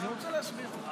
אני רוצה להסביר.